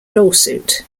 lawsuit